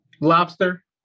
Lobster